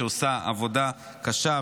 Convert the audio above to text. שעושה עבודה קשה,